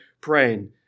praying